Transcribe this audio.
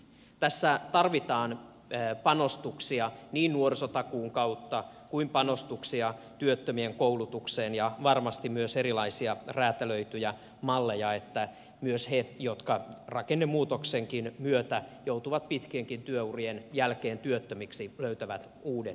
tässä tarvitaan niin panostuksia nuorisotakuun kautta kuin panostuksia työttömien koulutukseen ja varmasti myös erilaisia räätälöityjä malleja niin että myös ne jotka rakennemuutoksenkin myötä joutuvat pitkienkin työurien jälkeen työttömiksi löytävät uuden työpaikan